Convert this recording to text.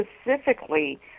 specifically